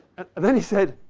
and then he said,